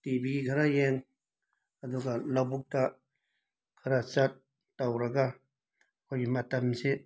TV ꯈꯔ ꯌꯦꯡ ꯑꯗꯨꯒ ꯂꯧꯕꯨꯛꯇ ꯈꯔ ꯆꯠ ꯇꯧꯔꯒ ꯑꯩꯈꯣꯏꯒꯤ ꯃꯇꯝꯁꯤ